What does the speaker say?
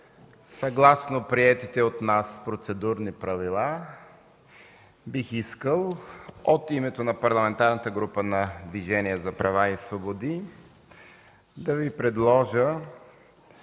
съгласно приетите от нас процедурни правила бих искал от името на Парламентарната група на Движението за права и свободи да предложа